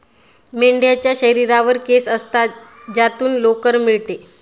मेंढ्यांच्या शरीरावर केस असतात ज्यातून लोकर मिळते